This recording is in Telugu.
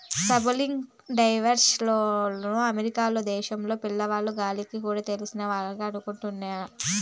సబ్సిడైజ్డ్ లోన్లు అమెరికా దేశంలో బడిపిల్ల గాల్లకి కూడా తెలిసినవాళ్లు అనుకుంటుంటే ఇన్నా